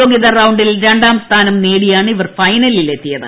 യോഗൃത റൌണ്ടിൽ രണ്ടാം സ്ഥാനം നേടിയാണ് ഇവർക്ക് ഫൈനലിൽ എത്തിയത്